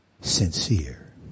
sincere